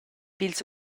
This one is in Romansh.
pils